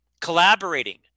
collaborating